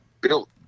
built